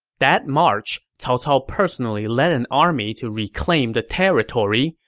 that march, cao cao personally led an army to reclaim the territory,